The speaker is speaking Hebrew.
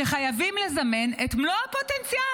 ואתם עדיי, שחייבים לזמן את מלוא הפוטנציאל.